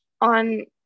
on